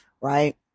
right